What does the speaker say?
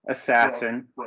assassin